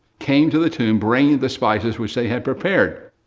came to the tomb bringing the spices which they had prepared.